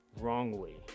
wrongly